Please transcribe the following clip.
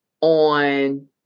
on